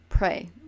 pray